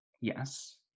yes